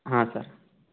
ಹಾಂ ಸರ್